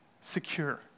secure